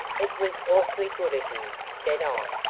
it was awfully good of you, said i,